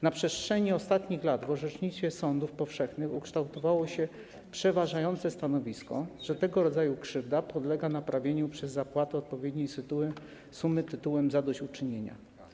Na przestrzeni ostatnich lat w orzecznictwie sądów powszechnych ukształtowało się przeważające stanowisko, że tego rodzaju krzywda podlega naprawieniu przez zapłatę odpowiedniej sumy tytułem zadośćuczynienia.